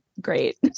great